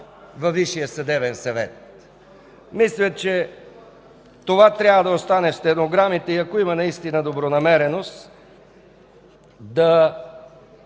във Висшия съдебен съвет. Мисля, че това трябва да остане в стенограмите и ако наистина има добронамереност, да